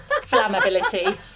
flammability